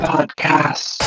Podcast